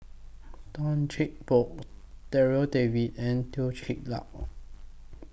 Tan Cheng Bock Darryl David and Teo Ser Luck